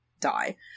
die